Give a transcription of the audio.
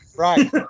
Right